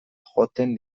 joaten